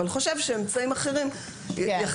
אבל חושב שאמצעים אחרים יחלישו,